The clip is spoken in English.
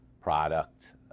product